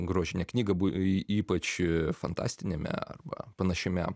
grožinę knygą b y ypač fantastiniame arba panašiame